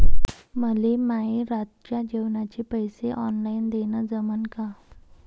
मले माये रातच्या जेवाचे पैसे ऑनलाईन देणं जमन का?